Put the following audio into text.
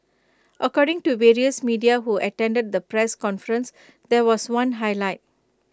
according to various media who attended the press conference there was one highlight